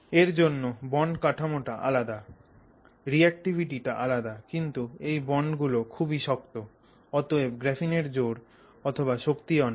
এর জন্য বন্ড কাঠামোটা আলাদা রিঅ্যাক্টিভিটি টা আলাদা কিন্তু এই বন্ড গুলো খুবই শক্ত অতএব গ্রাফিনের জোরশক্তি অনেক